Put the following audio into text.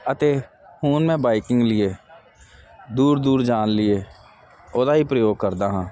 ਅਤੇ ਹੁਣ ਮੈਂ ਬਾਈਕਿੰਗ ਲਈ ਦੂਰ ਦੂਰ ਜਾਣ ਲਈਏ ਉਹਦਾ ਹੀ ਪ੍ਰਯੋਗ ਕਰਦਾ ਹਾਂ